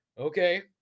okay